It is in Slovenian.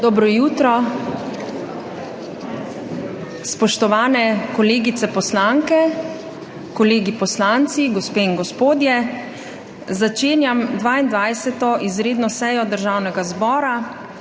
Dobro jutro, spoštovane kolegice poslanke, kolegi poslanci, gospe in gospodje! Začenjam 22. izredno sejo Državnega zbora,